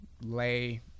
lay